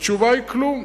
התשובה היא כלום,